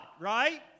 right